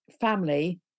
family